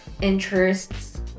interests